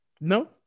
No